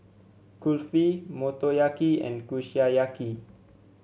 Kulfi Motoyaki and Kushiyaki